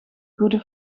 goede